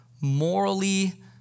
morally